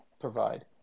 provide